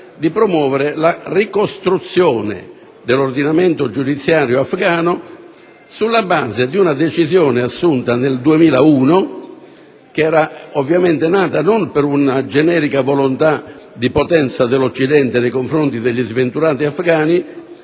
di promuovere la ricostruzione dell'ordinamento giudiziario afghano sulla base di una decisione assunta nel 2001. Tale decisione nacque, ovviamente, non per una generica volontà di potenza dell'Occidente nei confronti degli sventurati afgani,